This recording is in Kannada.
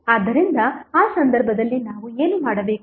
ಆದ್ದರಿಂದ ಆ ಸಂದರ್ಭದಲ್ಲಿ ನಾವು ಏನು ಮಾಡಬೇಕು